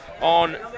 On